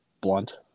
blunt